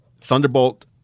Thunderbolt